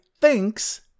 thinks